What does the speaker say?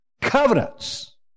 covenants